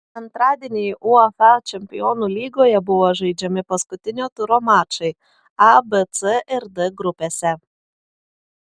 antradienį uefa čempionų lygoje buvo žaidžiami paskutinio turo mačai a b c ir d grupėse